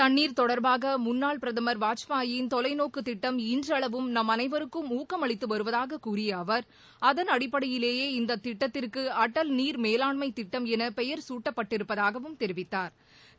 தண்ணீர் தொடர்பாக முன்னாள் பிரதமர் வாஜ்பாயின் தொலைநோக்கு திட்டம் இன்றளவும் நாம் அனைவருக்கும் ஊக்கம் அளித்து வருவதாக கூறிய அவர் அதன் அடிப்படையிலேயே இந்த திட்டத்திற்கு அடல் நீர் மேலாண்மை திட்டம் என பெயர் சூட்டப்பட்டிருப்பதாகவும் தெரிவித்தாா்